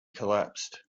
collapsed